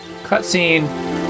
cutscene